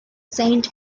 saint